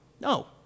No